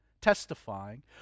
Testifying